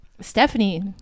Stephanie